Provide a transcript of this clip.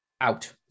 out